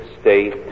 state